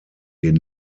den